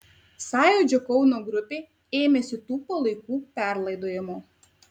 sąjūdžio kauno grupė ėmėsi tų palaikų perlaidojimo